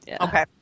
Okay